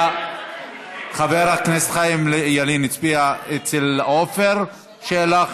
חבר הכנסת חיים ילין הצביע אצל עפר שלח